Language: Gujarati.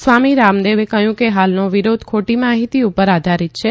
સ્વામી રામદેવે કહ્યું કે હાલનો વિરોધ ખોટી માહિતી પર આધારિત છે